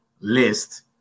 list